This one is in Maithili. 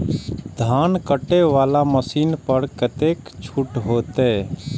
धान कटे वाला मशीन पर कतेक छूट होते?